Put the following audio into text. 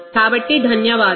కాబట్టి ధన్యవాదాలు